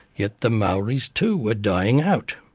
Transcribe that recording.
yet the maoris too were dying out.